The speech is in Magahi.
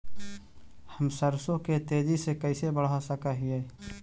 हम सरसों के तेजी से कैसे बढ़ा सक हिय?